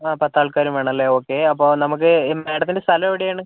ആ പത്താൾക്കാരും വേണമല്ലേ ഓക്കേ അപ്പോൾ നമുക്ക് ഈ മാഡത്തിൻ്റെ സ്ഥലം എവിടെയാണ്